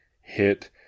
hit